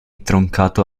troncato